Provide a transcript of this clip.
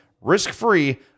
risk-free